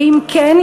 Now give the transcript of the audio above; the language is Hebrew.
ואם כן,